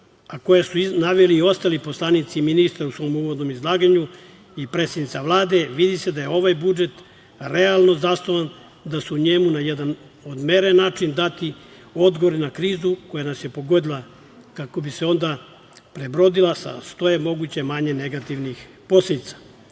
a koje su naveli i ostali poslanici i ministri u svom uvodnom izlaganju i predsednica Vlade, vidi se da je ovaj budžet realno zasnovan, da su u njemu na jedan odmeren način dati odgovori na krizu koja nas je pogodila, kako bi se onda prebrodila sa što je moguće manje negativnih posledica. Zato